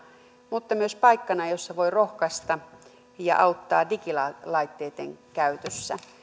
mutta myös paikkana jossa voi rohkaista ja auttaa digilaitteitten käytössä